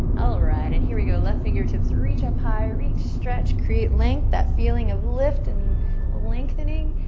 alright, and here we go, left fingertips reach up high, reach, stretch, create length, that feeling of lift and lengthening.